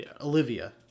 Olivia